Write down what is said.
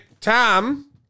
Tom